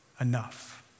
enough